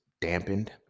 dampened